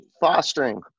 fostering